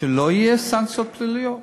שלא יהיו סנקציות פליליות.